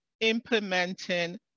implementing